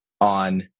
on